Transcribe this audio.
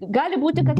gali būti kad